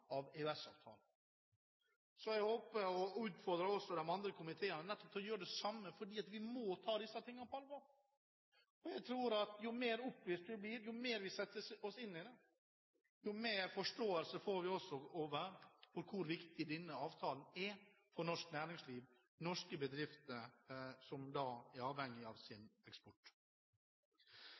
andre komiteene til å gjøre det samme, for vi må ta disse tingene på alvor. Jeg tror at jo mer opplyst vi blir, jo mer vi setter oss inn i dette, jo mer forståelse får vi også av hvor viktig denne avtalen er for norsk næringsliv og norske bedrifter som er avhengig av eksport.